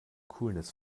coolness